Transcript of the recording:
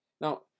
Now